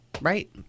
Right